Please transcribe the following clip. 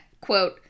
Quote